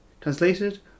translated